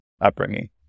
upbringing